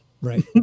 right